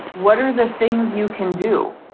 what are the things you can do?